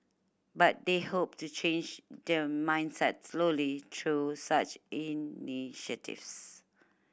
but they hope to change the mindset slowly through such initiatives